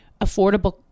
affordable